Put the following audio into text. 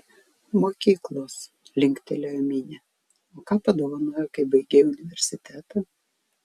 mokyklos linktelėjo minė o ką padovanojo kai baigei universitetą